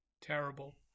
Terrible